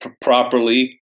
properly